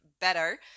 better